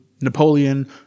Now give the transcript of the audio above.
Napoleon